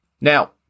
Now